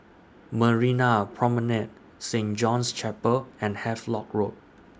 Marina Promenade Saint John's Chapel and Havelock Road